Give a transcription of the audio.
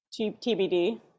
TBD